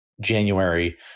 January